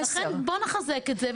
לכן בואו נחזק את זה.